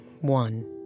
one